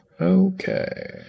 Okay